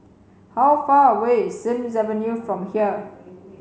how far away is Sims Avenue from here